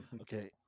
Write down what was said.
Okay